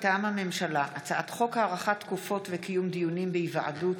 מטעם הממשלה: הצעת חוק הארכת תקופות וקיום דיונים בהיוועדות